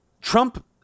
Trump